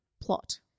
plot